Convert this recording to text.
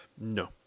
No